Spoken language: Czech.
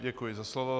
Děkuji za slovo.